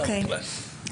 אוקיי.